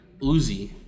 Uzi